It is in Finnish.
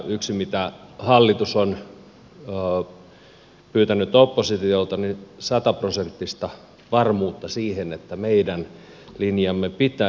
yksi mitä hallitus on pyytänyt oppositiolta on sataprosenttista varmuutta siihen että meidän linjamme pitäisi